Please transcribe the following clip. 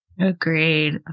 Agreed